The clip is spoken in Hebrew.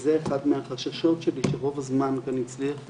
וזה אחד מהחששות שלי, שרוב הזמן גם הצליח להישאר,